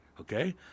Okay